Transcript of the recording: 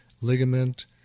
ligament